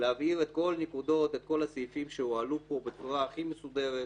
להבהיר את כל הנקודות וכל הסעיפים שהועלו פה בצורה הכי מסודרת.